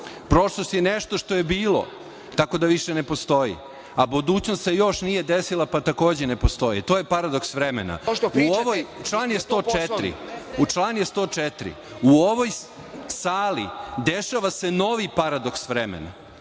Prošlost je nešto što je bilo, tako da više ne postoji, a budućnost se još nije desila, pa takođe ne postoji. To je paradoks vremena. Član je 104. U ovoj sali dešava se novi paradoks vremena.